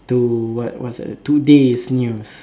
to what what's that Today's news